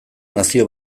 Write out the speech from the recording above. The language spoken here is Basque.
nazio